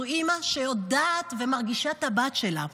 זו אימא שיודעת ומרגישה את הבת שלה,